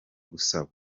gusaba